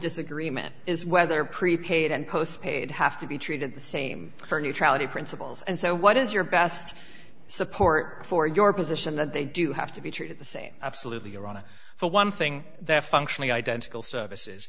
disagreement is whether prepaid and postpaid have to be treated the same for neutrality principles and so what is your best support for your position that they do have to be treated the same absolutely ironic for one thing they're functionally identical services